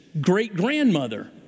great-grandmother